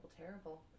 terrible